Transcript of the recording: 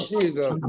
Jesus